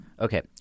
Okay